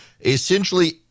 essentially